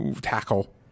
tackle